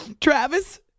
Travis